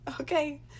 Okay